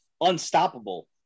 Unstoppable